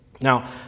Now